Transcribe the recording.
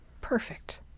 perfect